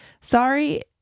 Sorry